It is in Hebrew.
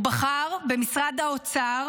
הוא בחר במשרד האוצר